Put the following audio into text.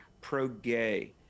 pro-gay